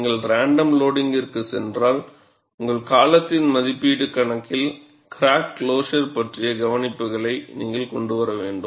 நீங்கள் ரேண்டம் லோடிங்கிற்கு சென்றால் உங்கள் காலத்தின் மதிப்பீடு கணக்கீட்டில் கிராக் க்ளோஸர் பற்றிய கவனிப்புளை நீங்கள் கொண்டு வர வேண்டும்